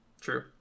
True